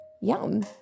Yum